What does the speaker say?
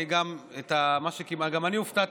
גם אני הופתעתי,